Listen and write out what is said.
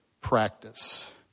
practice